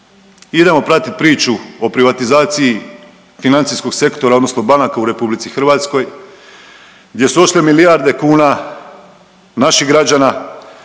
Idemo pratiti priču o privatizaciji financijskog sektora odnosno banaka u RH, gdje su otišle milijarde kuna naših građana